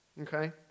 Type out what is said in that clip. okay